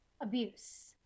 abuse